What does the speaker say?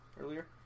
earlier